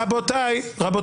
רבותיי, רבותיי.